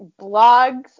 blogs